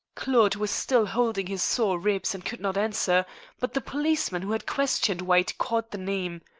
claude was still holding his sore ribs and could not answer but the policeman who had questioned white caught the name.